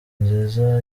nziza